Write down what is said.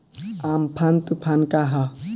Amphan तुफान का ह?